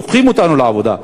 לוקחים אותנו לעבודה.